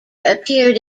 appeared